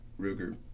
Ruger